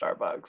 Starbucks